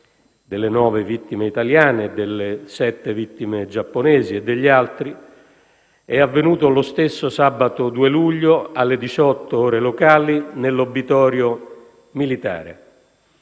(delle nove vittime italiane, delle sette vittime giapponesi e degli altri) è avvenuto lo stesso sabato 2 luglio, alle 18 ore locali, nell'obitorio militare.